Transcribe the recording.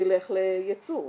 תלך לייצוא.